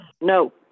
no